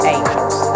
Angels